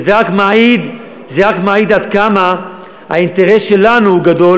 וזה רק מעיד עד כמה האינטרס שלנו גדול